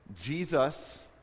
Jesus